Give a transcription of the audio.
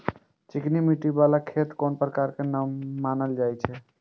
चिकनी मिट्टी बाला खेत कोन प्रकार के मानल जाय छै?